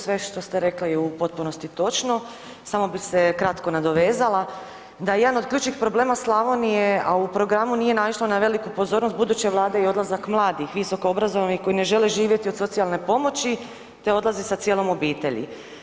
Sve što ste rekli je u potpunosti točno, samo bih se kratko nadovezala da je jedan od ključnih problema Slavnije, a u programu nije naišlo na veliku pozornost buduće Vlade i odlazak mladih visokoobrazovanih koji ne žele živjeti od socijalne pomoći te odlaze sa cijelom obitelji.